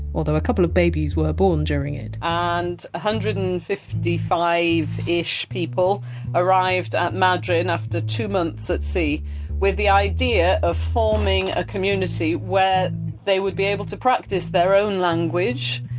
although a couple of babies were born during it ah and one hundred and fifty five ish people arrived at madryn after two months at sea with the idea of forming a community where they would be able to practice their own language,